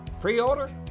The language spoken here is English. Pre-order